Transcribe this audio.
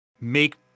make